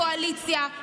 הקואליציה,